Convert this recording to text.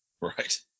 Right